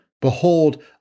behold